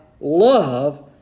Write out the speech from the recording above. love